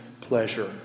pleasure